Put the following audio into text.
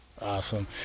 Awesome